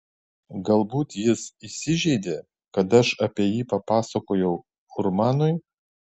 galbūt jis įsižeidė kad aš apie jį papasakojau urmanui